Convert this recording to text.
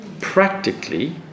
Practically